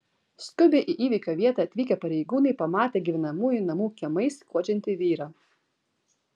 skubiai į įvykio vietą atvykę pareigūnai pamatė gyvenamųjų namų kiemais skuodžiantį vyrą